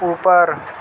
اوپر